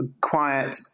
quiet